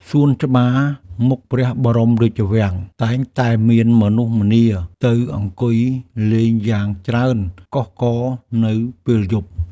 សួនច្បារមុខព្រះបរមរាជវាំង តែងតែមានមនុស្សម្នាទៅអង្គុយលេងយ៉ាងច្រើនកុះករនៅពេលយប់។